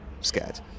scared